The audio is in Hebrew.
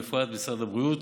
ובפרט משרד הבריאות,